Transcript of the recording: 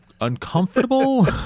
uncomfortable